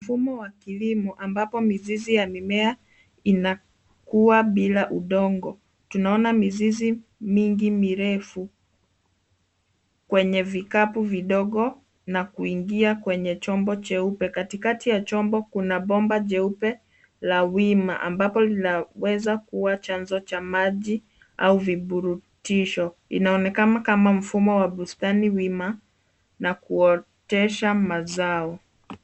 Mfumo wa kilimo ambapo mizizi ya mimea inakuwa bila udongo. Tunaona mizizi mingi mirefu kwenye vikapu vidogo na kuingia kwenye chombo cheupe. Katikati ya chombo kuna bomba jeupe la wima ambapo linaweza kuwa chanzo cha maji au virutubisho. Inaonekana kama mfumo wa bustani wima na kuotesha mazao.